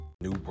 New